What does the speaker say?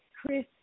Chris